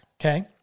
Okay